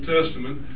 Testament